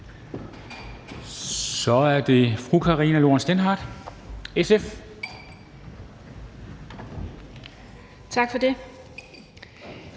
Så er det fru Karina Lorentzen Dehnhardt, SF. Kl.